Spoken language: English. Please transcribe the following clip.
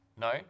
No